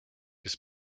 kes